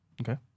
Okay